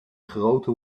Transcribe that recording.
grote